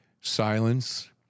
Silence